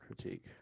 critique